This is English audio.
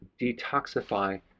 detoxify